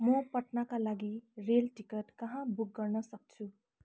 म पटनाका लागि रेल टिकट कहाँ बुक गर्न सक्छु